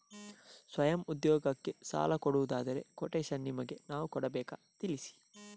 ಸ್ವಯಂ ಉದ್ಯೋಗಕ್ಕಾಗಿ ಸಾಲ ಕೊಡುವುದಾದರೆ ಕೊಟೇಶನ್ ನಿಮಗೆ ನಾವು ಕೊಡಬೇಕಾ ತಿಳಿಸಿ?